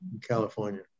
California